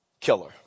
killer